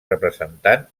representant